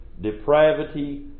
depravity